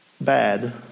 bad